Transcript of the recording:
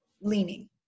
leaning